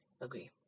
agree